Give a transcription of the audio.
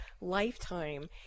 lifetime